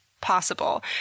possible